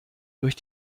durch